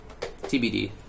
TBD